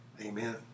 amen